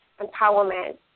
empowerment